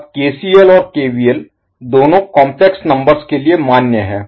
अब केसीएल और केवीएल दोनों काम्प्लेक्स नंबर्स के लिए मान्य हैं